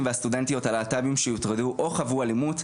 והסטודנטיות הלהט"בים שהוטרדו או חוו אלימות,